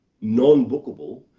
non-bookable